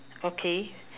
okay